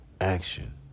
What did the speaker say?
action